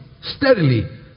steadily